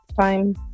time